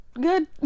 good